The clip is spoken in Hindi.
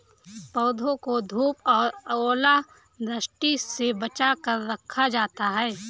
पौधों को धूप और ओलावृष्टि से बचा कर रखा जाता है